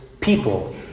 people